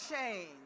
change